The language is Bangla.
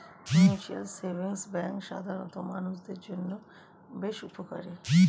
মিউচুয়াল সেভিংস ব্যাঙ্ক সাধারণ মানুষদের জন্য বেশ উপকারী